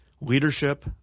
leadership